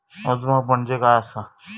मोजमाप म्हणजे काय असा?